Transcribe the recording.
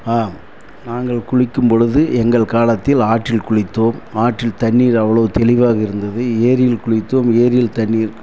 ஆம் நாங்கள் குளிக்கும்பொழுது எங்கள் காலத்தில் ஆற்றில் குளித்தோம் ஆற்றில் தண்ணீர் அவ்ளோ தெளிவாக இருந்தது ஏரியில் குளித்தோம் ஏரியில் தண்ணீர்